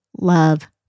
love